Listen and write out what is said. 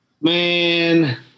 Man